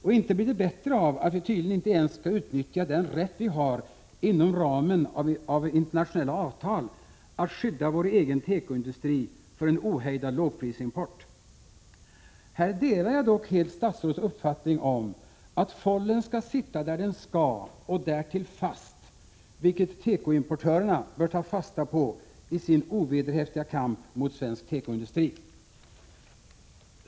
Och inte blir det bättre av att vi tydligen inte ens skall utnyttja den rätt vi har inom ramen för internationella avtal att skydda vår egen tekoindustri för en ohejdad lågprisimport. Här delar jag dock helt statsrådets uppfattning om att fållen skall sitta där den skall och därtill fast. Detta bör textilimportörerna ta fasta på i sin ovederhäftiga kamp mot svensk tekoindustri.